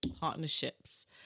partnerships